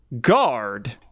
Guard